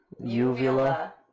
Uvula